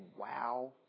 Wow